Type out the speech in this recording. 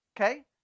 Okay